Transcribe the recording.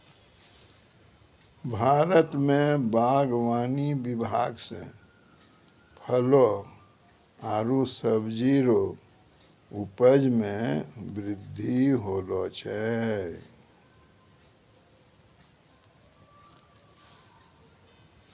भारत मे बागवानी विभाग से फलो आरु सब्जी रो उपज मे बृद्धि होलो छै